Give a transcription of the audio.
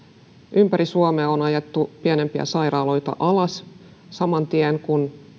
ympäri suomea on ajettu pienempiä sairaaloita alas saman tien kun